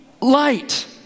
Light